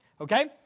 Okay